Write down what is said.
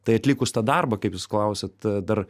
tai atlikus tą darbą kaip jūs klausiat dar